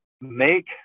make